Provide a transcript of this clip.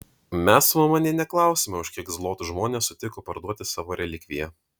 mes su mama nė neklausėme už kiek zlotų žmonės sutiko parduoti savo relikviją